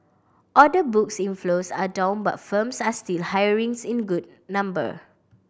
order books inflows are down but firms are still hirings in good number